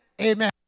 Amen